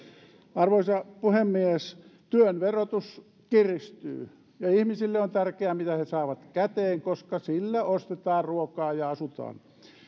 arvoisa puhemies työn verotus kiristyy ja ihmisille on tärkeää mitä he saavat käteen koska sillä ostetaan ruokaa ja asutaan